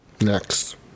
Next